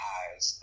eyes